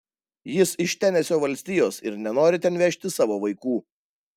jis iš tenesio valstijos ir nenori ten vežti savo vaikų